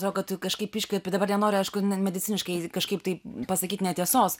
žinau kad tu kažkaip iškvepi dabar nenoriu aišku mediciniškai kažkaip taip pasakyt netiesos